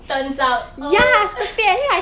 turns out oh